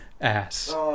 ass